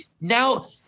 now